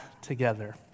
together